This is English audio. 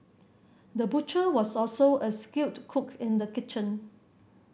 the butcher was also a skilled cook in the kitchen